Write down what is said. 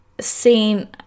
seen